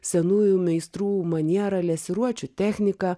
senųjų meistrų manieralesiruočių technika